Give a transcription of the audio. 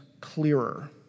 clearer